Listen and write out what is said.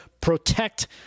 protect